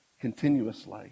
continuously